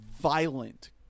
violent